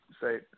say